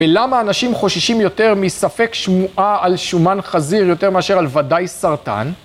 ולמה אנשים חוששים יותר מספק שמועה על שומן חזיר יותר מאשר על ודאי סרטן?